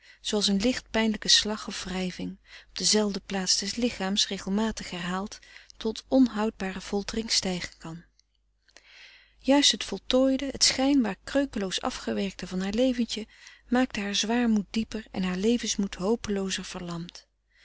een licht pijnlijke slag of wrijving op dezelfde plaats des lichaams regelmatig herhaald tot onhoudbare foltering stijgen kan juist het voltooide het schijnbaar kreukeloos afgewerkte van haar leventje maakte haar zwaarmoed dieper en haar levensmoed hopeloozer verlamd